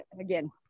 again